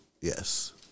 Yes